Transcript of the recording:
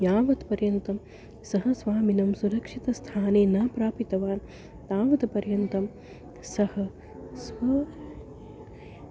यावत् पर्यन्तं सः स्वामिनं सुरक्षितस्थाने न प्रापितवान् तावत् पर्यन्तं सः स्वं